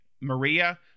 Maria